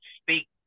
speak